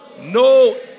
no